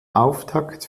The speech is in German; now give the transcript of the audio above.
auftakt